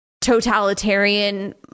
totalitarian